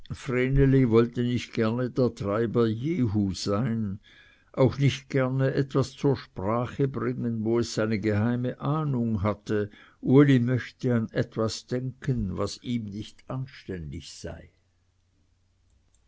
wollte nicht gerne der treiber jehu sein auch nicht gerne etwas zur sprache bringen wo es eine geheime ahnung hatte uli möchte an etwas denken was ihm nicht anständig sei